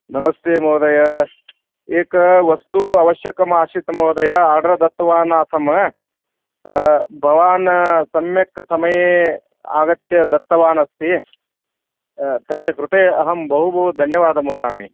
नमस्ते महोदय एकं वस्तु आवश्यकम् आसीत् महोदय आर्डर् दत्तवान् आसम् भवान् सम्यक् समये आगत्य दत्तवान् अस्ति तस्य कृते अहं बहु बहु धन्यवादं वदामि